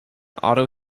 auto